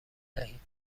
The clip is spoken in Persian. دهید